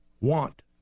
want